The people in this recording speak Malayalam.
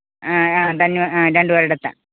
ആ ആ രണ്ട് ആ രണ്ടും ഒരിടത്താണ്